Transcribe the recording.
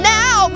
now